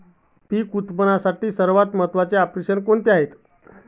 पीक उत्पादनातील सर्वात महत्त्वाचे ऑपरेशन कोणते आहे?